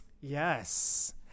Yes